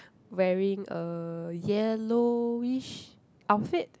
wearing a yellowish outfit